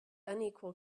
unequal